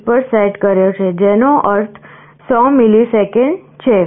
1 પર સેટ કર્યો છે જેનો અર્થ 100 મિલિસેકન્ડ છે